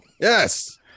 Yes